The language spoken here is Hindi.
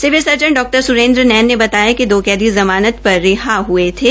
सिविल सर्जन डॉ सुरेन्द्र नैन ने बताया कि दो कैदी जमानत पर रिहा हये थे